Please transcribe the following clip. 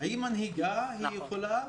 היא מנהיגה, היא יכולה.